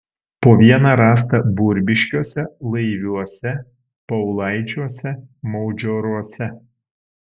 po vieną rasta burbiškiuose laiviuose paulaičiuose maudžioruose